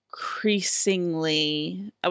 increasingly